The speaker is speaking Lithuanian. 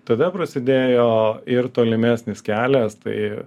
tada prasidėjo ir tolimesnis kelias tai